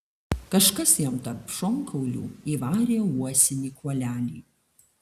kažkas jam tarp šonkaulių įvarė uosinį kuolelį